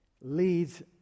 leads